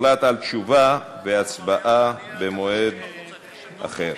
הוחלט על תשובה והצבעה במועד אחר.